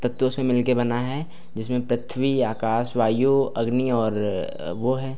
तत्वों से मिलकर बना है जिसमें पृथ्वी आकाश वायु अग्नि और वह है